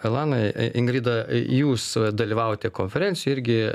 elanai ingrida jūs dalyvavote konferencijoj irgi